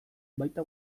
baita